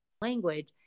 language